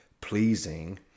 pleasing